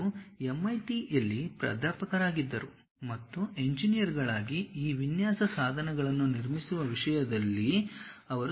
ಅವರು MIT ಯಲ್ಲಿ ಪ್ರಾಧ್ಯಾಪಕರಾಗಿದ್ದರು ಮತ್ತು ಇಂಜಿನಿಯರ್ಗಳಾಗಿ ಈ ವಿನ್ಯಾಸ ಸಾಧನಗಳನ್ನು ನಿರ್ಮಿಸುವ ವಿಷಯದಲ್ಲಿ ಅವರು ಸಾಕಷ್ಟು ಸಮಯವನ್ನು ಕಳೆದಿದ್ದಾರೆ